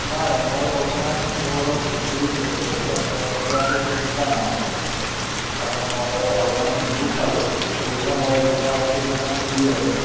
নাই মই বৰ্তমান মোৰ অলপ ইঞ্জিয়ৰী চলি আছিলে তো মই এতিয়াতো খেলি থকা নাই কাৰণ মই অলপমান দুখ পালোঁ তো সেইবাবে মই এতিয়া কেইদিনমান ফ্ৰীয়ে আছোঁ